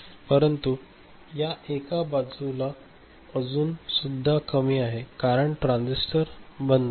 परंतु या एका बाजूला अजून सुद्धा कमी आहे कारण हा ट्रान्झिस्टर बंद आहे